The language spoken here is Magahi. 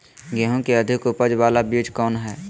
गेंहू की अधिक उपज बाला बीज कौन हैं?